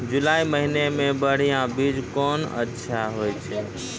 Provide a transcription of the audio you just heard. जुलाई महीने मे बढ़िया बीज कौन अच्छा होय छै?